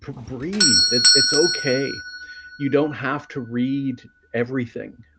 breathe, it's okay you don't have to read everything.